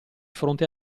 fronte